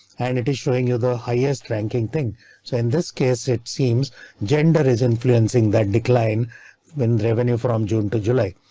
and it is showing you the highest ranking thing. so in this case it seems gender is influencing that decline when revenue from june to july,